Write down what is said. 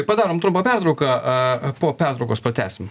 padarom trumpą pertrauką po pertraukos pratęsim